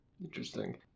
Interesting